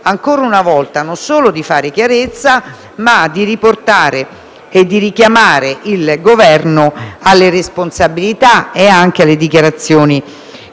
ancora una volta, non solo di fare chiarezza, ma di richiamare il Governo alle responsabilità, alle dichiarazioni